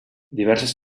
diverses